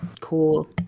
cool